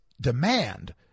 demand